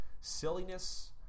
silliness